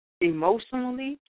Emotionally